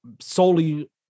solely